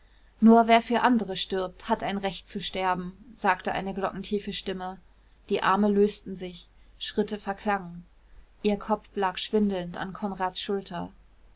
nur wer für andere stirbt hat ein recht zu sterben sagte eine glockentiefe stimme die arme lösten sich schritte verklangen ihr kopf lag schwindelnd an konrads schulter